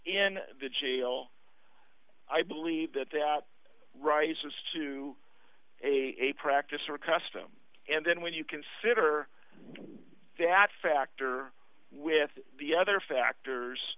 in the jail i believe that that rises to a practice or custom and then when you consider that factor with the other factors